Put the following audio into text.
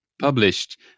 published